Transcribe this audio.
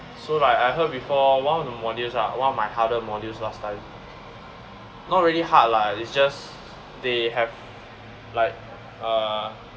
so like I heard before one of the modules lah one of my harder modules last time not really hard lah it's just they have like uh